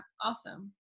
Awesome